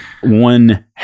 one-